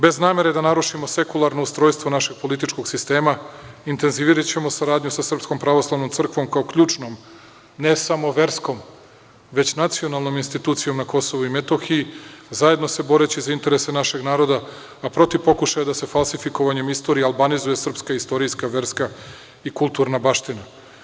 Bez namere da narušimo sekularno ustrojstvo našeg političkog sistema, intenziviraćemo saradnju sa Srpskom pravoslavnom crkvom, kao ključnom, ne samo verskom, već i nacionalnom institucijom na Kosovu i Metohiji, zajedno se boreći za interese našeg naroda, a protiv pokušaja da se falsifikovanjem istorije albanizuje srpska istorijska, verska i kulturna baština.